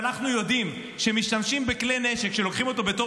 כשאנחנו יודעים שמשתמשים בכלי נשק שלוקחים אותו בתור